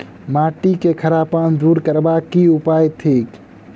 माटि केँ खड़ापन दूर करबाक की उपाय थिक?